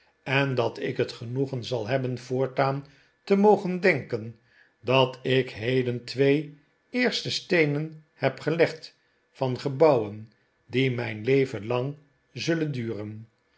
en dat ik het genoegen zal hebben voortaan te mogen denken dat ik heden twee eerste steenen heb gelegd van gebouwen die mijn leven lang zullen duren